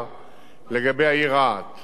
אנחנו עדכנו אותו במה שהוא לא ידע,